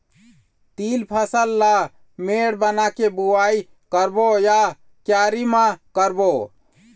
तील फसल ला मेड़ बना के बुआई करबो या क्यारी म करबो?